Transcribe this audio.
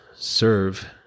serve